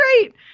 great